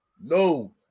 No